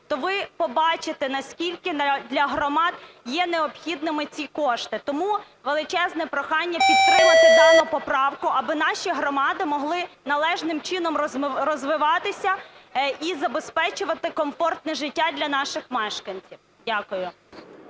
то ви побачите, наскільки для громад є необхідними ці кошти. Тому величезне прохання підтримати дану поправку, аби наші громади могли належним чином розвиватися і забезпечувати комфортне життя для наших мешканців. Дякую.